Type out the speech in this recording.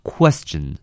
Question